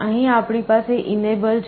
અહીં આપણી પાસે enable છે